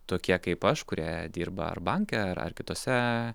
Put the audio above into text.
tokie kaip aš kurie dirba ar banke ar ar kitose